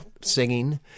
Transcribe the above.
singing